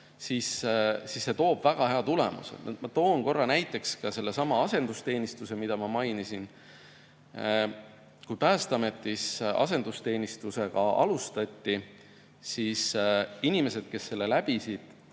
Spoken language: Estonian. siis see toob väga hea tulemuse. Ma toon korra näiteks ka sellesama asendusteenistuse, mida ma mainisin. Kui Päästeametis asendusteenistusega alustati, siis inimesed, kes selle läbisid,